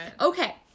Okay